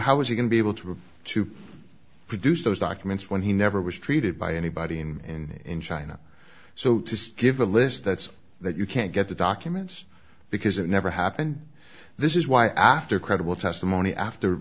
he going to be able to have to produce those documents when he never was treated by anybody in in china so to give a list that's that you can't get the documents because it never happened this is why after credible testimony after